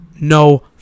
No